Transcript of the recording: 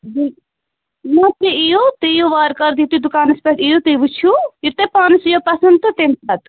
نہَ نہَ تُہۍ یِیو تُہۍ یِیو وارٕکارٕ یِتھُے تُہۍ دُکانَس پٮ۪ٹھ یِیِو تُہۍ وُچھِو یہِ تۅہہِ پانَس یِیو پَسنٛد تہٕ تَمہِ پَتہٕ